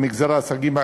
לסיים.